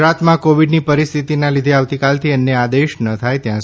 ગુજરાતમાં કોવીડની પરિસ્થિતીના લીધે આવતીકાલથી અન્ય આદેશ ન થાય ત્યાં